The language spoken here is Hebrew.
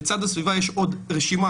לצד הסביבה יש עוד רשימה,